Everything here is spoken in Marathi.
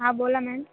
हां बोला मॅम